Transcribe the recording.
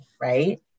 Right